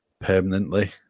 permanently